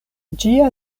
ĝia